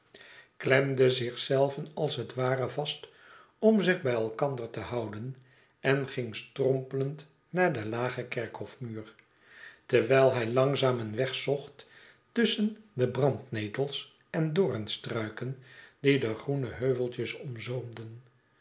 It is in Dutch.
klemde zich zelven als het ware vast om zich bij elkander te houden en ging strompelend naar den lagen kerkhofmuur terwijl hij langzaam een weg zocht tusschen de brandnetels en doornstruiken die de groene heuveltjes